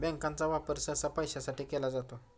बँकांचा वापर सहसा पैशासाठी केला जातो